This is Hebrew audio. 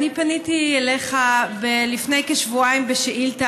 אני פניתי אליך לפני כשבועיים בשאילתה